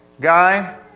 guy